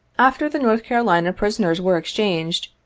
after the north carolina prisoners were exchanged,